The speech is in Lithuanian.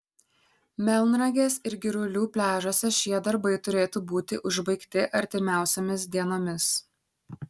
melnragės ir girulių pliažuose šie darbai turėtų būti užbaigti artimiausiomis dienomis